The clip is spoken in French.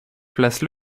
place